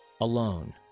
alone